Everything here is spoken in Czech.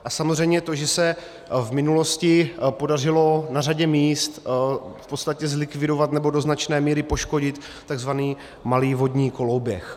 A samozřejmě to, že se v minulosti podařilo na řadě míst v podstatě zlikvidovat nebo do značné míry poškodit takzvaný malý vodní koloběh.